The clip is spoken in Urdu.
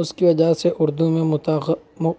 اس کی وجہ سے اردو میں متغامو